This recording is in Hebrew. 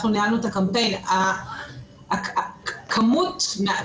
אנחנו ניהלנו את הקמפיין של המגן.